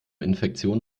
infektionen